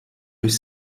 durch